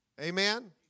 Amen